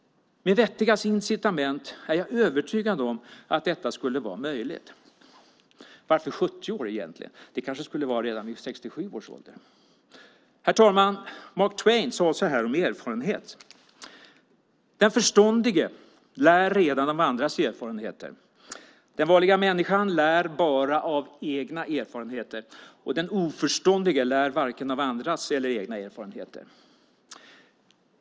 Med vettiga incitament är jag övertygad om att detta skulle vara möjligt. Varför vid 70 år egentligen? Det kanske skulle vara redan vid 67 års ålder. Herr talman! Mark Twain sade så här om erfarenhet: Den förståndige lär redan av andras erfarenheter, den vanliga människan lär bara av egna erfarenheter, och den oförståndige lär varken av andras eller egna erfarenheter.